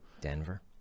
Denver